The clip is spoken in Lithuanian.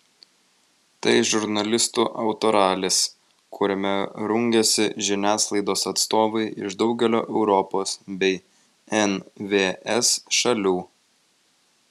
tai žurnalistų autoralis kuriame rungiasi žiniasklaidos atstovai iš daugelio europos bei nvs šalių